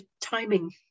timing